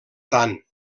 tant